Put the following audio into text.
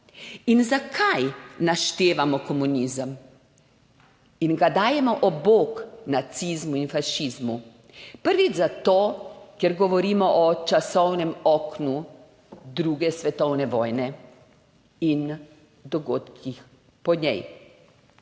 zakaj naštevamo komunizem? In ga dajemo ob bok nacizmu in fašizmu. Prvič zato, ker govorimo o časovnem oknu II. svetovne vojne in dogodkih po njej.